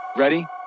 Ready